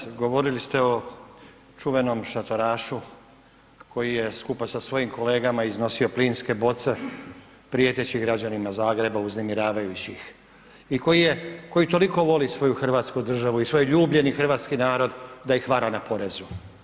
Kolega Maras, govorili ste o čuvenom šatorašu koji je skupa sa svojim kolegama iznosio plinske boce prijeteći građanima Zagreba, uznemiravajući ih i koji toliko voli svoju hrvatsku državu i svoj ljubljeni hrvatski narod da ih vara na porezu.